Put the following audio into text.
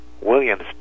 Williams